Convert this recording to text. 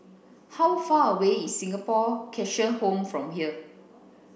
how far away is Singapore Cheshire Home from here